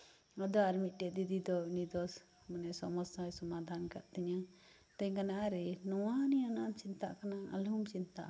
ᱟᱫᱚ ᱟᱨ ᱢᱤᱫᱴᱮᱱ ᱫᱤᱫᱤ ᱫᱚ ᱩᱱᱤ ᱫᱚ ᱢᱟᱱᱮ ᱥᱚᱢᱚᱥᱥᱟᱭ ᱥᱚᱢᱟᱫᱷᱟᱱ ᱠᱟᱜ ᱛᱤᱧᱟᱹ ᱢᱤᱛᱟᱹᱧ ᱠᱟᱱᱟᱭ ᱟᱨᱮ ᱱᱚᱶᱟ ᱱᱤᱭᱟᱹ ᱩᱱᱟᱹᱜ ᱮᱢ ᱪᱤᱱᱛᱟᱹᱜ ᱠᱟᱱᱟ ᱟᱞᱚᱢ ᱪᱤᱱᱛᱟᱹᱜᱼᱟ